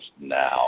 now